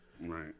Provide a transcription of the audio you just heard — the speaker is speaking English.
Right